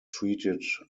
treated